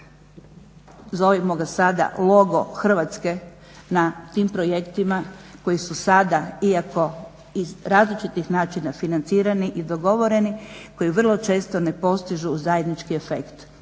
zovimo ga sada logo Hrvatske, na tim projektima koji su sada iako iz različitih načina financirani i dogovoreni koji vrlo često ne postižu zajednički efekt.